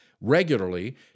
regularly